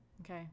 okay